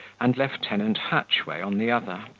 and lieutenant hatchway on the other,